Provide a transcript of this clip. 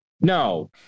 No